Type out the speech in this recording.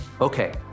okay